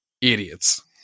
Idiots